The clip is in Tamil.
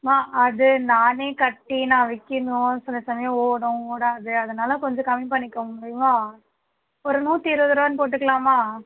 மா அது நானே கட்டி நான் வைக்கணும் சில சமயம் ஓடும் ஓடாது அதனால கொஞ்சம் கம்மி பண்ணிக்க முடியுமா ஒரு நூற்றி இருபது ரூபாய்ன்னு போட்டுக்கலாமா